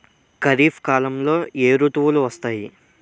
ఖరిఫ్ కాలంలో ఏ ఋతువులు వస్తాయి?